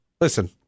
Listen